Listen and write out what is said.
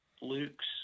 Luke's